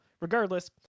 Regardless